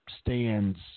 Stands